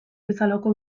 bezalako